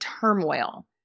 turmoil